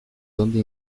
donde